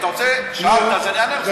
אתה רוצה, שנייה, אז אני אענה לך.